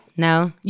No